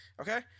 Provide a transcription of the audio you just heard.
Okay